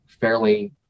fairly